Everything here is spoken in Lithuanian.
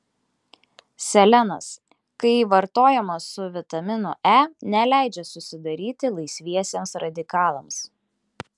selenas kai vartojamas su vitaminu e neleidžia susidaryti laisviesiems radikalams